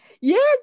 yes